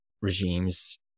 regimes